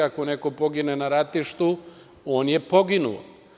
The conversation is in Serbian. Ako neko pogine na ratištu, on je poginuo.